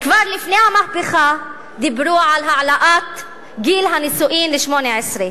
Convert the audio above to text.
כבר לפני המהפכה דיברו על העלאת גיל הנישואין ל-18,